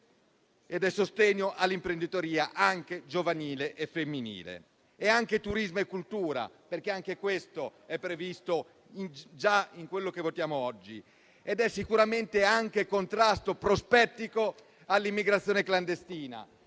e sostegno all'imprenditoria anche giovanile e femminile; è anche turismo e cultura, perché anche questo è previsto già nel provvedimento che votiamo oggi; è sicuramente anche contrasto prospettico all'immigrazione clandestina.